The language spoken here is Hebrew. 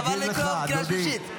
חבל לקרוא אותך בקריאה שלישית.